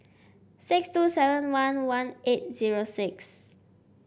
six two seven one one eight zero six